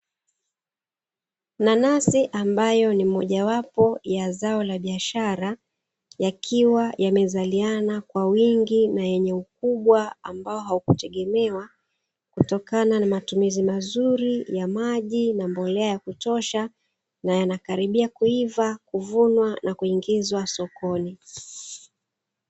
Nanasi ambayo ni mojawapo ya zao la biashara, yakiwa yamezaliana kwa wingi na yenye ukubwa ambao haukutegemewa, kutokana na matumizi mazuri ya maji na mbolea ya kutosha; na yanakaribia kuiva, kuvunwa na kuingizwa sokoni.